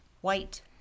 white